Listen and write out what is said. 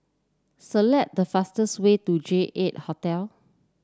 select the fastest way to J eight Hotel